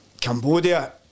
Cambodia